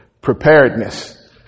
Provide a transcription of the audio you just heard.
preparedness